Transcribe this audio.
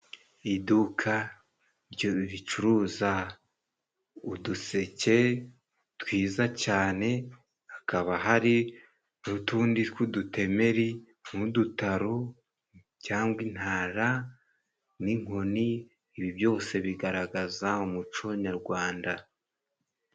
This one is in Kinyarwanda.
Iduka ryo ricuruza uduseke twiza cane hakaba hari n'utundi tw'udutemeri, n'udutaro cyangwa intara n'inkoni ,ibi byose bigaragaza umuco nyarwanda.